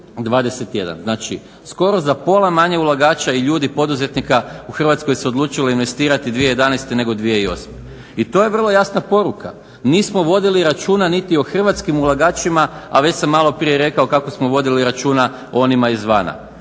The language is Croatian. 21. Znači, skoro za pola manje ulagača i ljudi poduzetnika u Hrvatskoj se odlučilo investirati 2011. nego 2008. I to je vrlo jasna poruka. Nismo vodili računa niti o hrvatskim ulagačima, a već sam malo prije rekao kako smo vodili računa o onima izvana.